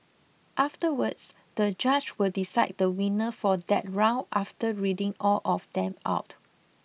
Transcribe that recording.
afterwards the judge will decide the winner for that round after reading all of them out